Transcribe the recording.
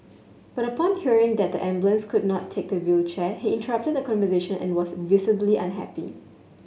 but upon hearing that the ambulance could not take the wheelchair he interrupted the conversation and was visibly unhappy